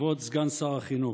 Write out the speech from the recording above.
כבוד סגן שר החינוך,